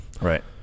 Right